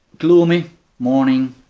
gloomy morning,